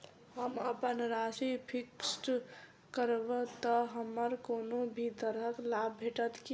हम अप्पन राशि फिक्स्ड करब तऽ हमरा कोनो भी तरहक लाभ भेटत की?